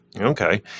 Okay